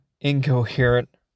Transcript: incoherent